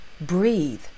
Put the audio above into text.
Breathe